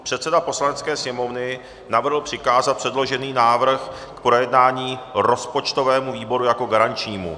Předseda Poslanecké sněmovny navrhl přikázat předložený návrh k projednání rozpočtovému výboru jako garančnímu.